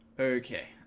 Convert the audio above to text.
Okay